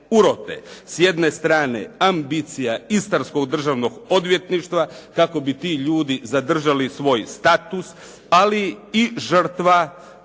S jedne strane ambicija istarskog državnog odvjetništva kako bi ti ljudi zadržali svoj status, ali i žrtva te